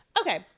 Okay